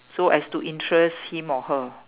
so as to interest him or her